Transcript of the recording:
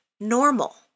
Normal